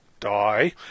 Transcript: die